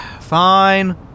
Fine